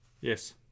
Yes